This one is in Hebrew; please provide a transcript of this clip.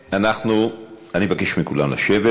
אני מבקש מכולם לשבת,